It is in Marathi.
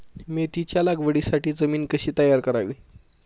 मेथीच्या लागवडीसाठी जमीन कशी तयार करावी?